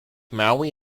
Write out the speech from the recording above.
maui